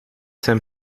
zijn